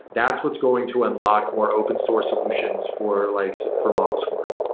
that's what's going to unlock more open source solutions for like for model scoring.